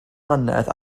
mlynedd